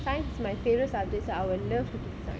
science is my favourite subject so I would love to take science